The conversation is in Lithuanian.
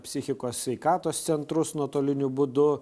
psichikos sveikatos centrus nuotoliniu būdu